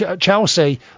Chelsea